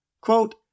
Quote